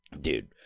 dude